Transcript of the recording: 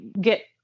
get